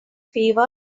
favor